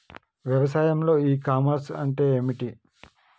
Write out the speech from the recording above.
వ్యవసాయంలో e commerce అంటే ఏమిటి?